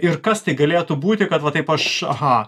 ir kas tai galėtų būti kad va taip aš aha